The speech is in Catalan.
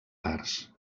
parts